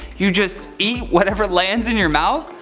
you just eat whatever lands in your mouth.